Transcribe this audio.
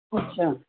ਅੱਛਾ